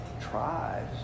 tribes